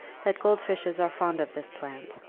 that gold fishes are fond of this plant